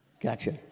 Gotcha